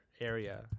area